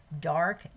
dark